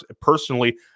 personally